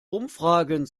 umfragen